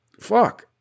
Fuck